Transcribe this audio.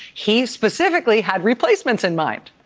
he specifically had replacements in mind.